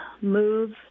move